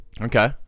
Okay